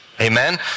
amen